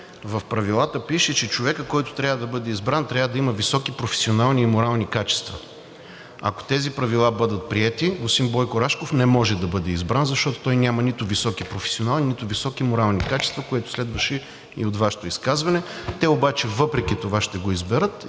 В Правилата пише, че човекът, който трябва да бъде избран, трябва да има високи професионални и морални качества. Ако тези правила бъдат приети, господин Бойко Рашков не може да бъде избран, защото той няма нито високи професионални, нито високи морални качества, което следваше и от Вашето изказване. Те обаче въпреки това ще го изберат